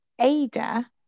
Ada